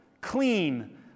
clean